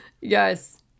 Yes